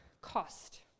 cost